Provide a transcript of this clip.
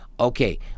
Okay